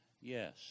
Yes